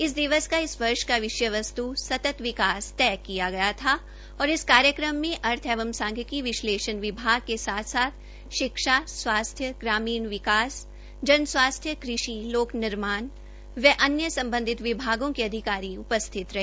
इस दिवस का इस वर्ष का विषय वस्तु सतत विकास तय किया गया था और इस कार्यकम में अर्थ एवं सांख्यिकी विश्लेषण विभाग के साथ साथ शिक्षा स्वास्थ्यग्रामीण विकास जन स्वास्थ्य कृषि लोक निर्माण व अन्य संबंधित विभागों के अधिकारी उपस्थित रहे